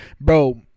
Bro